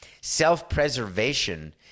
Self-preservation